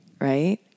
right